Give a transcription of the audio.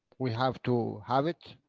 we have to have it,